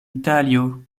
italio